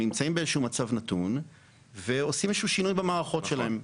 יש כאן אנשים שנמצאים במצב נתון שעושים איזשהו שינוי במערכות שלהם.